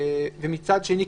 ומצד שני,